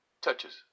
touches